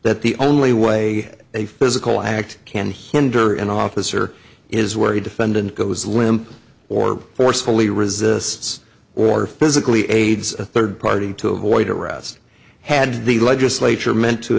that the only way a physical act can hinder an officer is where the defendant goes limp or forcefully resists or physically aids a third party to avoid arrest had the legislature meant to